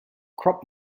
crop